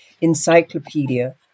encyclopedia